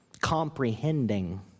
Comprehending